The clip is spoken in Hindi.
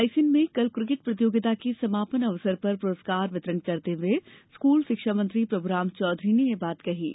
रायसेन में कल किर्केट प्रतियोगिता के समापन अवसर पर प्रस्कार वितरण करते हुए स्कूल शिक्षा मंत्री प्रभुराम चौधरी ने ये बात कहीं है